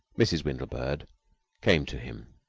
mrs. windlebird came to him,